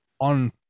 on